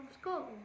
Scotland